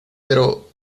pero